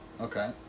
Okay